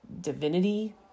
divinity